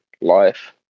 life